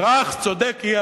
ואך צודק יהיה,